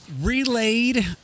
relayed